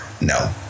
No